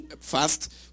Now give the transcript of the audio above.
fast